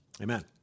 Amen